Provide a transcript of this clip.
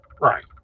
right